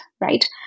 right